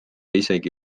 isegi